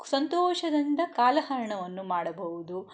ಸಂತೋಷದಿಂದ ಕಾಲಹರಣವನ್ನು ಮಾಡಬಹುದು